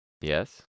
Yes